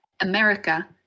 America